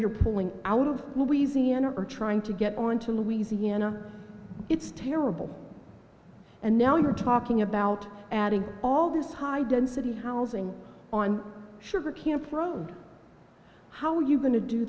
you're pulling out of louisiana or trying to get on to louisiana it's terrible and now you're talking about adding all these high density housing on sugar camp road how are you going to do